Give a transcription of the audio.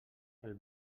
els